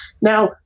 now